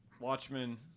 Watchmen